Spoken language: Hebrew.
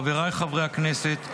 חבריי חברי הכנסת,